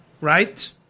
right